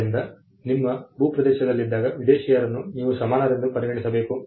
ಆದ್ದರಿಂದ ನಿಮ್ಮ ಭೂಪ್ರದೇಶದಲ್ಲಿದ್ದಾಗ ವಿದೇಶಿಯರನ್ನು ನೀವು ಸಮಾನರೆಂದು ಪರಿಗಣಿಸಬೇಕು